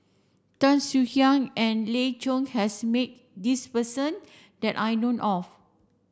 Tan Swie Hian and Lan Loy has met this person that I know of